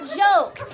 joke